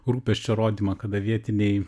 rūpesčio rodymą kada vietiniai